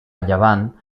llevant